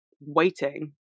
waiting